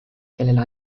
kellele